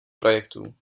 projektů